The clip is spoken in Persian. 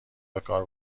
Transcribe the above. بکار